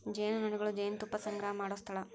ಜೇನುನೊಣಗಳು ಜೇನುತುಪ್ಪಾ ಸಂಗ್ರಹಾ ಮಾಡು ಸ್ಥಳಾ